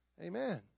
Amen